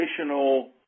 additional